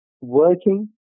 working